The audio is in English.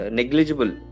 negligible